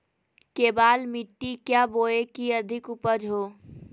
केबाल मिट्टी क्या बोए की अधिक उपज हो?